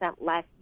less